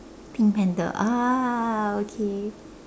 pink panther ah okay